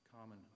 common